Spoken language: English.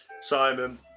Simon